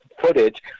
footage